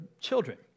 children